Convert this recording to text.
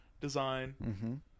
design